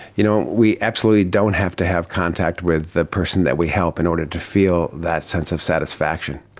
you know, we absolutely don't have to have contact with the person that we help in order to feel that sense of satisfaction.